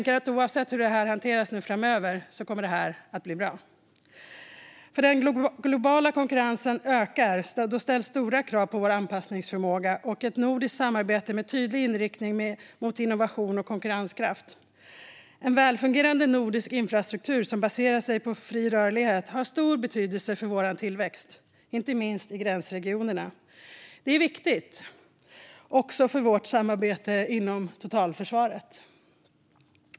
Oavsett hur det hanteras framöver kommer det att bli bra. När den globala konkurrensen ökar ställs stora krav på vår anpassningsförmåga och på ett nordiskt samarbete med tydlig inriktning mot innovation och konkurrenskraft. En välfungerande nordisk infrastruktur som baserar sig på fri rörlighet har stor betydelse för vår tillväxt, inte minst i gränsregionerna. Detta är viktigt, också för vårt samarbete inom totalförsvaret.